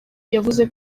yavuze